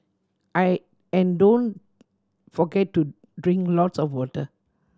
I and don't forget to drink lots of water